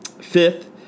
Fifth